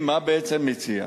בעצם, מה אני מציע?